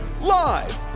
Live